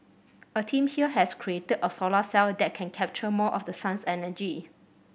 a team here has created a solar cell that can capture more of the sun's energy